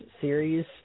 series